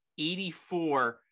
84